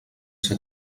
ser